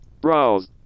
Browse